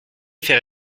faire